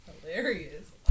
hilarious